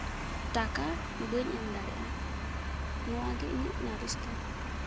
ᱴᱟᱠᱟ ᱵᱟᱹᱧ ᱮᱢ ᱫᱟᱲᱮᱭᱟᱜᱼᱟ ᱱᱚᱣᱟᱜᱮ ᱤᱧᱟᱹᱜ ᱱᱟᱞᱤᱥ ᱫᱚ